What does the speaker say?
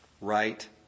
right